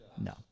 No